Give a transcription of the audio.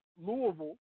Louisville